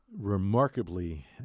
remarkably